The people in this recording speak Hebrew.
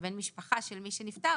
כבן משפחה של מי שנפטר,